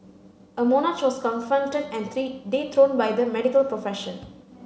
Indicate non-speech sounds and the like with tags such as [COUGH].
a monarch was confronted and [UNINTELLIGIBLE] dethroned by the medical profession